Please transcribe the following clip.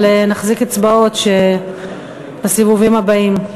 אבל נחזיק אצבעות לסיבובים הבאים.